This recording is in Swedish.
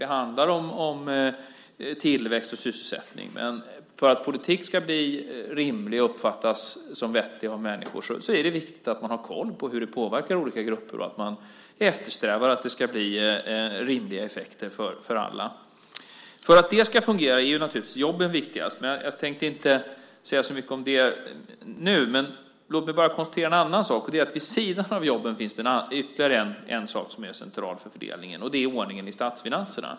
Det handlar om tillväxt och sysselsättning. Men för att politiken ska bli rimlig och uppfattas som vettig av människorna är det viktigt att ha koll på hur den påverkar olika grupper och att eftersträva rimliga effekter för alla. För att det ska fungera är jobben naturligtvis viktigast. Jag tänkte dock inte säga så mycket om det nu. Låt mig i stället konstatera en annan sak, nämligen att det vid sidan av jobben finns ytterligare något som är centralt för fördelningen, och det är ordningen i statsfinanserna.